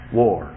war